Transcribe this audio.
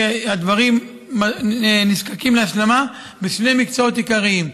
שהדברים נזקקים להשלמה בשני מקצועות עיקריים: